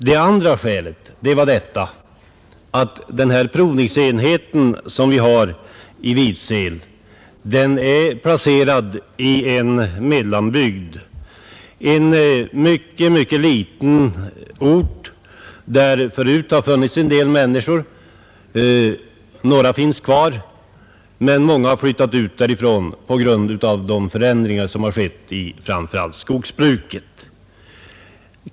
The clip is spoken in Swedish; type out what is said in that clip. Det andra skälet är att den provningsenhet vi nu har i Vidsel är placerad i en mellanbygd, en mycket liten ort där det tidigare har funnits en del människor bosatta. Några av dem finns kvar, men många har flyttat därifrån på grund av de förändringar som skett framför allt i skogsbruket.